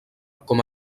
com